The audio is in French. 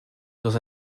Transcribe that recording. dans